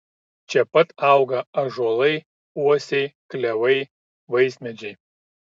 čia pat auga ąžuolai uosiai klevai vaismedžiai